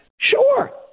sure